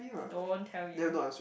don't tell you